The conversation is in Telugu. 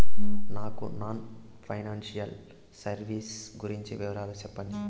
నాకు నాన్ ఫైనాన్సియల్ సర్వీసెస్ గురించి వివరాలు సెప్పండి?